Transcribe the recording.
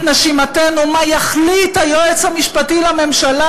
נשימתנו מה יחליט היועץ המשפטי לממשלה,